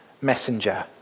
messenger